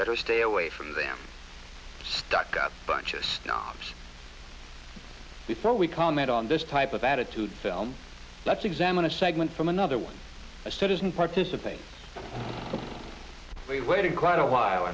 better stay away from them stuck up bunches snobs before we comment on this type of attitude film let's examine a segment from another one a citizen participates we waited quite a while